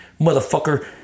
motherfucker